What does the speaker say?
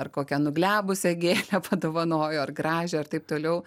ar kokia nuglebusią gėlę padovanojo ar gražią ar taip toliau